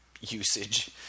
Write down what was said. usage